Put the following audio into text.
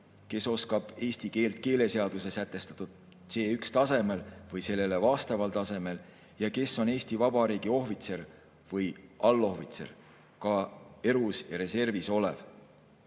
kes oskab eesti keelt keeleseaduses sätestatud C1‑tasemel või sellele vastaval tasemel ja kes on Eesti Vabariigi ohvitser või allohvitser, ka erus või reservis olev.